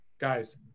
Guys